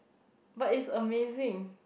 but is amazing